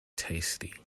tasty